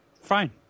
fine